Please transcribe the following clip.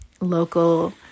local